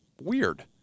Weird